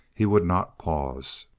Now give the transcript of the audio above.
he would not pause,